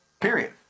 Period